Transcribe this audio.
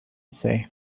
say